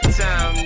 time